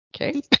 okay